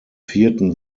vierten